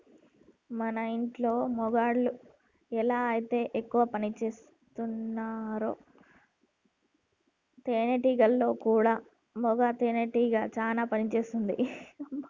మన ఇంటిలో మగాడు ఎలా అయితే ఎక్కువ పనిసేస్తాడో తేనేటీగలలో కూడా మగ తేనెటీగ చానా పని చేస్తుంది